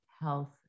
health